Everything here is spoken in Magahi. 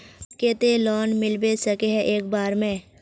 केते लोन मिलबे सके है एक बार में?